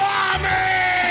Mommy